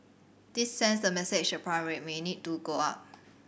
this sends the message the prime rate may need to go up